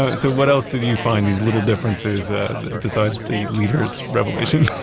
ah so what else did you find, these little differences ah besides the liters revelation?